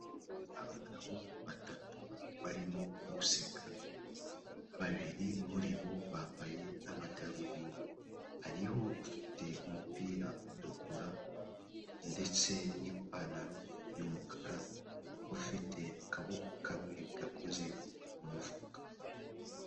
Abagabo batatu barimo guseka, babiri muri bo bambaye amadarubindi, hariho ufite umupira utukura ndetse n'ipantaro y'umukara, ufite akaboko kamwe gakoze mu mufuka.